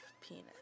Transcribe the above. penis